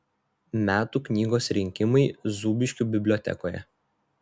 metų knygos rinkimai zūbiškių bibliotekoje